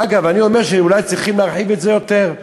אגב, אני אומר שאולי צריכים להרחיב את זה יותר.